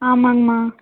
ஆமாங்கம்மா